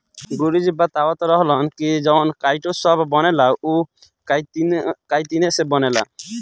गुरु जी बतावत रहलन की जवन काइटो सभ बनेला उ काइतीने से बनेला